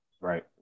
right